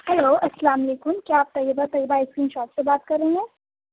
hello السّلام علیکم کیا آپ Taiba Taiba ice cream shop سے بات کر رہے ہیں